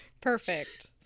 perfect